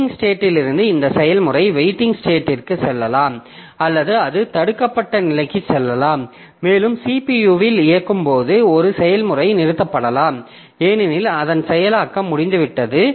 running ஸ்டேட்டிலிருந்து இந்த செயல்முறை வெயிட்டிங் ஸ்டேட்டிற்குச் செல்லலாம் அல்லது அது தடுக்கப்பட்ட நிலைக்குச் செல்லலாம் மேலும் CPU இல் இயக்கும் போது ஒரு செயல்முறையும் நிறுத்தப்படலாம் ஏனெனில் அதன் செயலாக்கம் முடிந்துவிட்டது